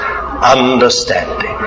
understanding